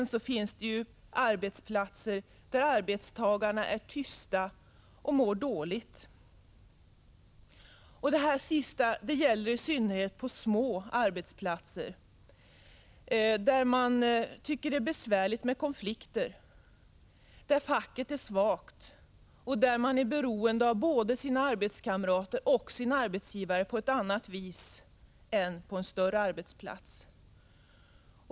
Vidare finns det arbetsplatser där arbetstagarna är tysta men mår dåligt. Det sista gäller i synnerhet på små arbetsplatser, där man tycker att det är besvärligt med konflikter, där facket är svagt och där man är beroende av både sina arbetskamrater och sin arbetsgivare på ett annat vis än på en större arbetsplats.